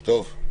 אוקיי.